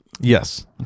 Yes